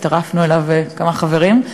הצטרפנו אליו כמה חברים.